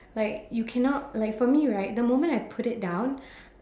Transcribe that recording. like you cannot like for me right the moment I put it down